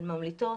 הן ממליטות,